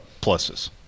pluses